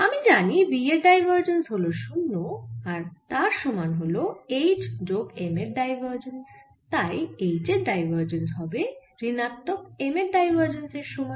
আমি জানি B এর ডাইভারজেন্স হল 0 আবার তার সমান হল H যোগ M এর ডাইভারজেন্স তাই H এর ডাইভারজেন্স হবে ঋণাত্মক M এর ডাইভারজেন্স এর সমান